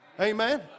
Amen